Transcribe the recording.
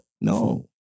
No